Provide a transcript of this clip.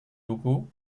buku